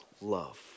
love